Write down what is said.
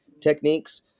techniques